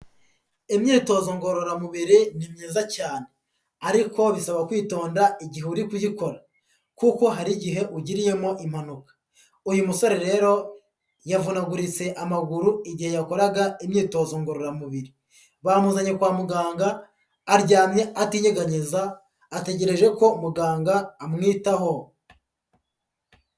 Imyitozo ngororamubiri ni myiza cyane ariko bisaba kwitonda igihe uri kuyikora, kuko hari igihe ugiriyemo impanuka, uyu musore rero yavunaguritse amaguru igihe yakoraga imyitozo ngororamubiri, bamuzanye kwa muganga aryamye atinyeganyeza ategereje ko muganga amwitaho.